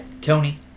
Tony